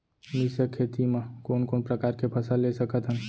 मिश्र खेती मा कोन कोन प्रकार के फसल ले सकत हन?